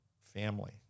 family